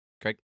Craig